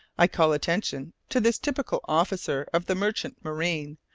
i call attention to this typical officer of the merchant marine,